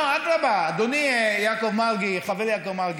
אדרבה, אדוני יעקב מרגי, חברי יעקב מרגי,